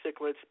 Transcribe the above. cichlids